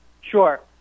Sure